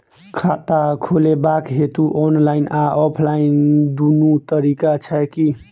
खाता खोलेबाक हेतु ऑनलाइन आ ऑफलाइन दुनू तरीका छै की?